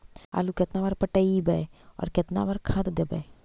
आलू केतना बार पटइबै और केतना बार खाद देबै?